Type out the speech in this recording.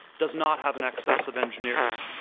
does not have an excess of engineers.